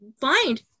Find